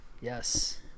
Yes